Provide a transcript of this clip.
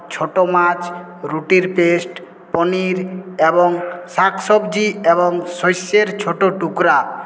ছোটো মাছ রুটির পেস্ট পনীর এবং শাকসবজি এবং সর্ষের ছোটো টুকরা